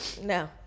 No